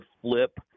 flip